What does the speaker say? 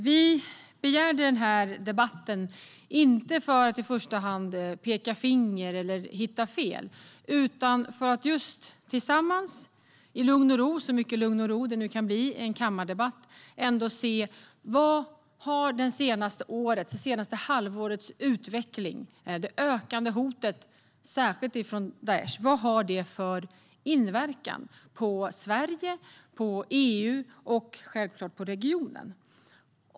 Vi begärde den här debatten inte för att i första hand peka finger eller hitta fel utan för att tillsammans och i lugn och ro - så mycket lugn och ro det nu kan bli i en kammardebatt - se vad det senaste halvårets och årets utveckling och det ökande hotet från särskilt Daish har för inverkan på Sverige, på EU och självklart på regionen.